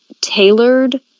tailored